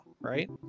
right